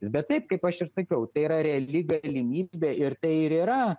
bet taip kaip aš ir sakiau tai yra reali galimybė ir tai ir yra